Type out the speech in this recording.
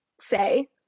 say